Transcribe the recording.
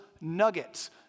nuggets